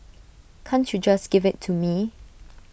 can't you just give IT to me